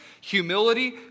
Humility